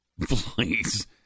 please